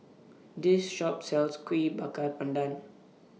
This Shop sells Kuih Bakar Pandan